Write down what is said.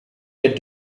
der